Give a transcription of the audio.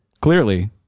Clearly